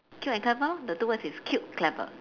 cute and clever lor the two words is cute clever